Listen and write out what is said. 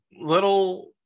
little